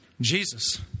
Jesus